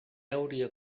hauria